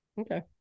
Okay